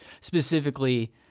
specifically